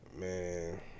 Man